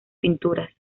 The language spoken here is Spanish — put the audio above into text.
pinturas